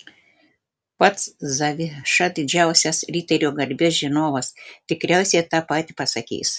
pats zaviša didžiausias riterio garbės žinovas tikriausiai tą patį pasakys